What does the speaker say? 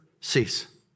cease